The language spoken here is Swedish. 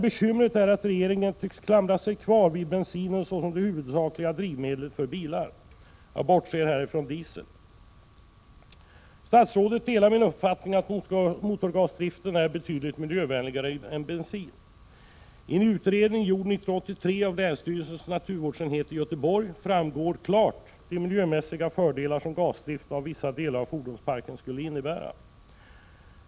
Bekymret är emellertid att regeringen klamrar sig fast vid bensinen som det huvudsakliga drivmedlet för bilar — jag bortser här från diesel. Statsrådet delar min uppfattning att motorgasdrift är betydligt miljövänligare än bensindrift. I en utredning gjord 1983 av länsstyrelsens naturvårdsenhet i Göteborg framgår klart de miljömässiga fördelar som gasdrift av vissa delar av fordonsparken skulle innebära.